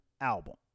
album